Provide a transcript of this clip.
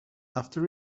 after